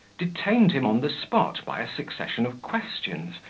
detained him on the spot by a succession of questions,